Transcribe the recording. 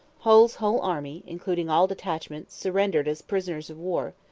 hull's whole army, including all detachments, surrendered as prisoners of war,